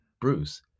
Bruce